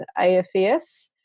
AFES